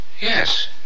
Yes